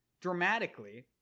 dramatically